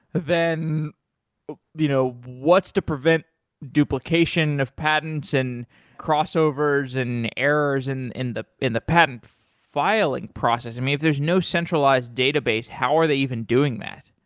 then you know what's to prevent duplication of patents and crossovers and errors and in the in the patent filing process? and if there's no centralized database, how are they even doing that?